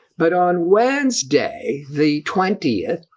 but on wednesday. the twentieth,